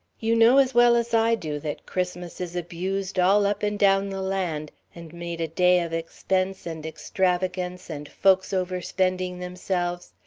you know as well as i do that christmas is abused all up and down the land, and made a day of expense and extravagance and folks overspending themselves.